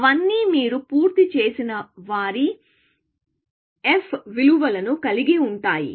అవన్నీ మీరు పూర్తి చేసిన వారి f విలువలను కలిగి ఉంటాయి